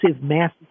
massive